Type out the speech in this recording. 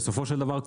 בסופו של דבר,